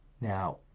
Now